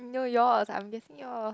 no yours I'm guessing yours